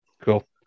cool